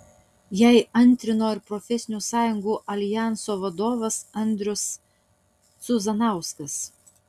jai antrino ir profesinių sąjungų aljanso vadovas audrius cuzanauskas